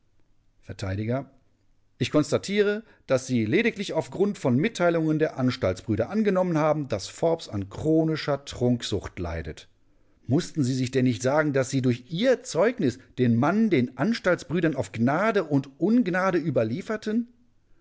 vert ich konstatiere daß sie lediglich auf grund von mitteilungen der anstaltsbrüder angenommen haben daß forbes an chronischer trunksucht leidet mußten sie sich denn nicht sagen daß sie durch ihr zeugnis den mann den anstaltsbrüdern auf gnade und ungnade überlieferten